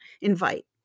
Invite